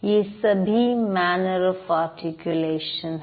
ये सभी manner of articulation है